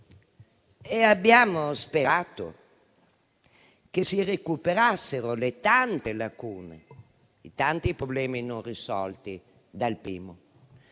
e abbiamo sperato che si recuperassero le tante lacune e i tanti problemi non risolti dal